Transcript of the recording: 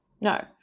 no